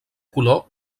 color